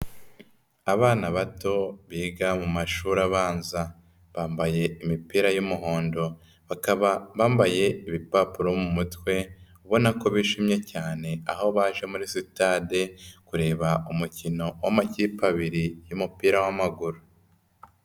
Abana bato biga mu mashuri abanza, bambaye imipira y'umuhondo, bakaba bambaye ibipapuro mu mutwe ubona ko bishimye cyane aho baje muri sitade kureba umukino w'amakipe abiri y'umupira w'amaguru.